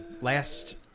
last